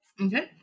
Okay